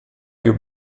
più